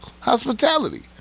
Hospitality